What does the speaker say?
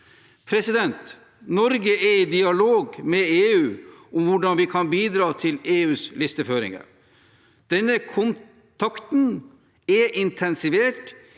atferd. Norge er i dialog med EU om hvordan vi kan bidra til EUs listeføringer. Denne kontakten er intensivert